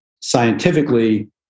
scientifically